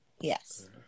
yes